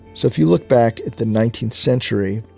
so if you look back at the nineteenth century,